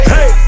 Hey